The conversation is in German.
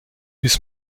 bis